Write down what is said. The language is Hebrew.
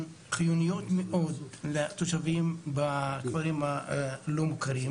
חיוניות מאוד לתושבים בכפרים הלא מוכרים.